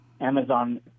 Amazon